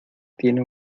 tiene